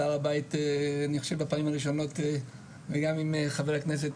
באותם 60 מטר יש שתי תחנות משטרה יש תחנה של משמר הגבול ויש תחנת